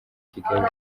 kigali